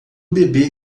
bebê